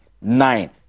nine